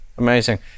amazing